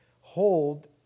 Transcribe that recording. hold